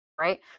Right